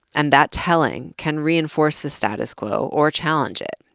and that telling can reinforce the status quo or challenge it,